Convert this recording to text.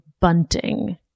Bunting